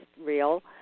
real